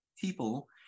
people